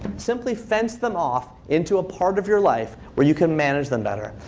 simply fence them off into a part of your life where you can manage them better.